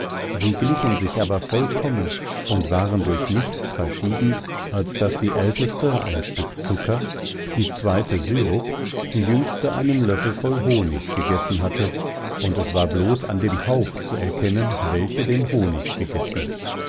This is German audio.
sie glichen sich aber vollkommen und waren durch nichts verschieden als daß die älteste ein stück zucker die zweite syrup die jüngste einen löffel voll honig gegessen hatte und es war bloß an dem hauch zu erkennen welche den honig gegessen